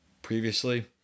Previously